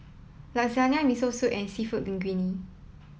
Lasagna Miso Soup and Seafood Linguine